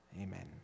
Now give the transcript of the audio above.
amen